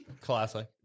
Classic